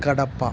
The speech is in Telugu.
కడప